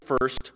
first